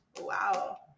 Wow